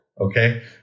Okay